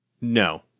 No